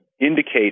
indicate